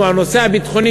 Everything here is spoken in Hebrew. שהוא הנושא הביטחוני,